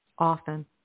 Often